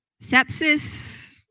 sepsis